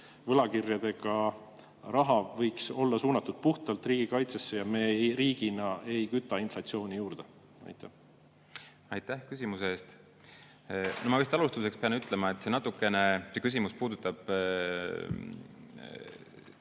võlakirjadega võetud raha võiks olla suunatud puhtalt riigikaitsesse, siis me riigina ei kütaks inflatsiooni juurde? Aitäh küsimuse eest! Ma vist alustuseks pean ütlema, et natukene see küsimus puudutab